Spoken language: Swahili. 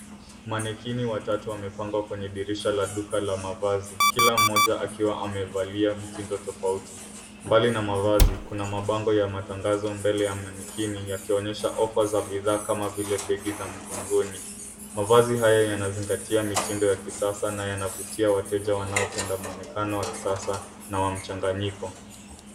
Manekini watatu wamepangwa kwenye dirisha la duka la mavazi kila mmoja akiwa amevalia mtindo tofauti. Mbali na mavazi, kuna mabango ya matangazo mbele ya manekini yakionyesha ofa za bidhaa kama vile begi za mgongoni. Mavazi haya yanazingatia mitindo ya kisasa na yanavutia wateja wanaopenda mwonekano wa kisasa na wa mchanganyiko.